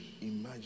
imagine